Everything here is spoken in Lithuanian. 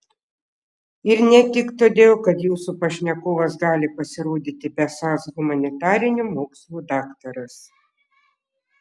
ir ne tik todėl kad jūsų pašnekovas gali pasirodyti besąs humanitarinių mokslų daktaras